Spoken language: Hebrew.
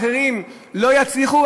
אחרים לא יצליחו,